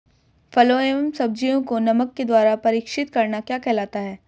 फलों व सब्जियों को नमक के द्वारा परीक्षित करना क्या कहलाता है?